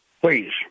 please